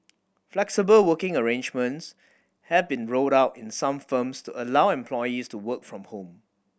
flexible working arrangements have been rolled out in some firms to allow employees to work from home